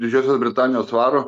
didžiosios britanijos svarų